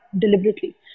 deliberately